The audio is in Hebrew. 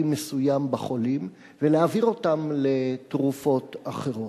מסוים לחולים ולהעביר אותם לתרופות אחרות.